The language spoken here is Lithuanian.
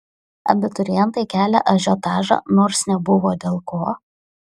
abiturientai kelią ažiotažą nors nebuvo dėl ko